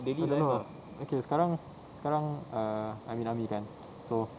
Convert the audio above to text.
I don't know ah okay sekarang sekarang err I'm in army kan so